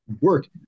work